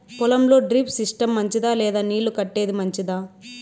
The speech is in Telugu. పొలం లో డ్రిప్ సిస్టం మంచిదా లేదా నీళ్లు కట్టేది మంచిదా?